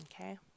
okay